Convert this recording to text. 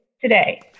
today